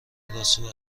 راسو